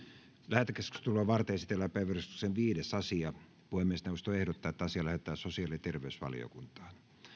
lähetekeskustelua varten esitellään päiväjärjestyksen viides asia puhemiesneuvosto ehdottaa että asia lähetetään sosiaali ja terveysvaliokuntaan